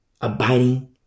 abiding